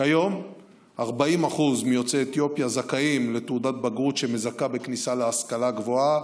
כיום 40% מיוצאי אתיופיה זכאים לתעודת בגרות שמזכה בכניסה להשכלה גבוהה,